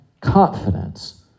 confidence